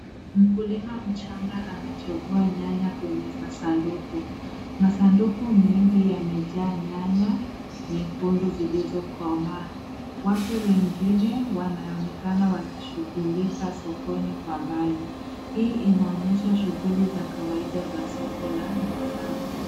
Mkulima mchanga anachagua nyanya kwenye masanduku. Masanduku mengi yamejaa nyanya nyekundu zilizokomaa. Watu wengine wanaonekana wakishughulika sokoni kwa mbali. Hii inaonyesha shughuli za kawaida za soko la mazao.